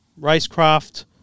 racecraft